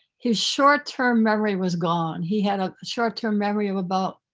his short-term memory was gone. he had a short-term memory of about,